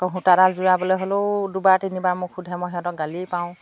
আকৌ সূতাডাল যোৰ হ'লেও দুবাৰ তিনিবাৰ মোক সুধে মই সিহঁতক গালি পাৰো